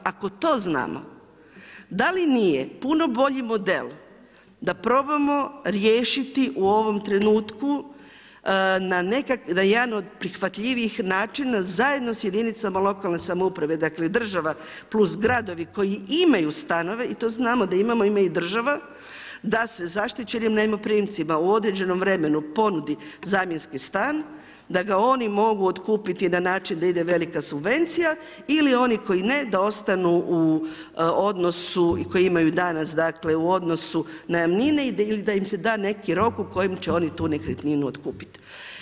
Ako to znamo, da li nije puno bolji model da probamo riješiti u ovom trenutku na jedan od prihvatljivijih načina zajedno sa jedinicama lokalne samouprave, dakle država plus gradovi koji imaju stanove i to znamo da imamo, ima i država, da se zaštićenim najmoprimcima u određenom vremenu ponudi zamjenski stan, da ga oni mogu otkupiti na način da ide velika subvencija ili oni koji ne da ostanu u odnosu koji imaju i danas dakle u odnosu najamnine ili da im se da neki rok u kojem će oni tu nekretninu otkupiti.